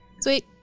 Sweet